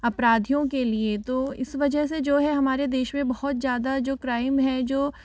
अपराधियों के लिए तो इस वजह से जो है हमारे देश मे बहुत ज़्यादा जो क्राइम है जो